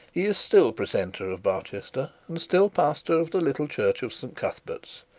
he is still precentor of barchester, and still pastor of the little church of st cuthbert's.